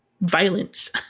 violence